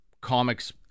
comics